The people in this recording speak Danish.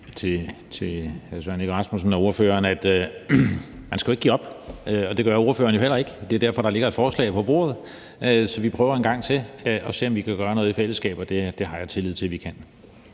hr. Søren Egge Rasmussen, at han ikke skal give op. Det gør hr. Søren Egge Rasmussen jo heller ikke; det er derfor, der ligger et forslag på bordet. Så vi prøver en gang til at se, om vi kan gøre noget i fællesskab, og det har jeg tillid til at vi kan.